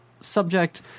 subject